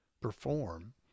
perform